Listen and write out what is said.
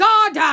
God